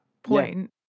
point